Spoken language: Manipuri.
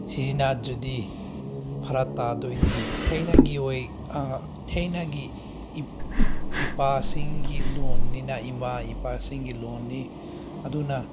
ꯁꯤꯖꯤꯟꯅꯗ꯭ꯔꯗꯤ ꯐꯔꯛꯇꯥꯗꯣꯏꯅꯤ ꯊꯥꯏꯅꯒꯤ ꯑꯣꯏ ꯊꯥꯏꯅꯒꯤ ꯏꯄꯥꯁꯤꯡꯒꯤ ꯂꯣꯟꯅꯤꯅ ꯏꯃꯥ ꯏꯄꯥꯁꯤꯡꯒꯤ ꯂꯣꯟꯅꯤ ꯑꯗꯨꯅ